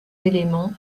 éléments